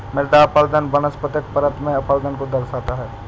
मृदा अपरदन वनस्पतिक परत में अपरदन को दर्शाता है